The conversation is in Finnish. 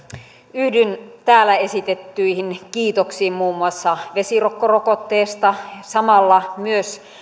yhdyn täällä esitettyihin kiitoksiin muun muassa vesirokkorokotteesta samalla myös